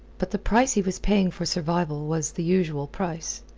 but the price he was paying for survival was the usual price.